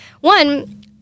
one